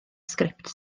sgript